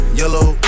yellow